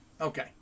Okay